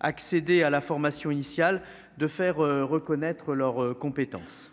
accéder à la formation initiale de faire reconnaître leurs compétences